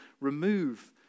remove